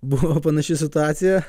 buvo panaši situacija